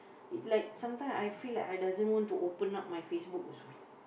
it like sometime I feel like I doesn't want to open up my Facebook also